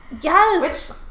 Yes